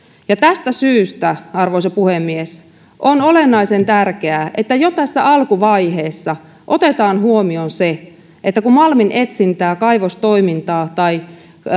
tästä syystä arvoisa puhemies on olennaisen tärkeää että jo tässä alkuvaiheessa otetaan huomioon se että kun malminetsintää kaivostoimintaa tai